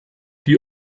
die